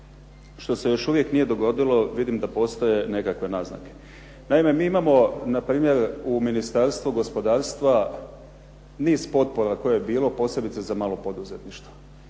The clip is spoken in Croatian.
što se još uvijek nije dogodilo. Vidim da postoje nekakve naznake. Naime, mi imamo npr. u Ministarstvu gospodarstva niz potpora koje je bilo, posebice za malo poduzetništvo.